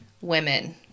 women